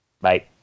Bye